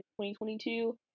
2022